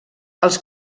els